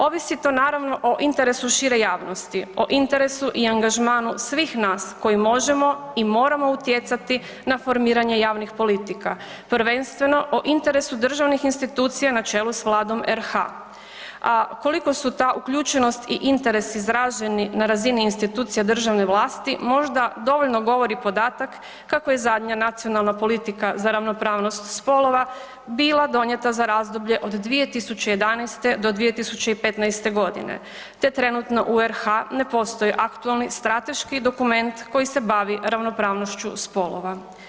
Ovisi to naravno o interesu šire javnosti, o interesu i angažmanu svih nas koji možemo i moramo utjecati na formiranje javnih politika, prvenstveno o interesu državnih institucija na čelu s Vladom RH, a koliko su ta uključenost i interes izraženi na razini institucija državne vlasti možda dovoljno govori podatak kako je zadnja nacionalna politika za ravnopravnost spolova bila donijeta za razdoblje od 2011. do 2015.g., te trenutno u RH ne postoji aktualni strateški dokument koji se bavi ravnopravnošću spolova.